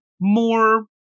more